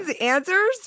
answers